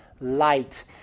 light